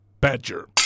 badger